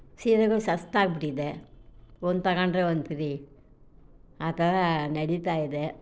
ಸೀರೆಗಳು ಸಸ್ತ ಆಗಿ ಬಿಟ್ಟಿದೆ ಒಂದು ತಗೊಂಡರೆ ಒಂದು ಫ್ರೀ ಆ ಥರಾ ನಡಿತಾ ಇದೆ